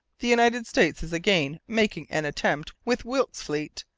the united states is again making an attempt with wilkes's fleet,